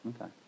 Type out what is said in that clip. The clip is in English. Okay